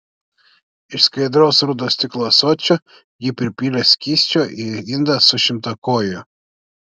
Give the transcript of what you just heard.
iš skaidraus rudo stiklo ąsočio ji pripylė skysčio į indą su šimtakoju